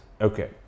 Okay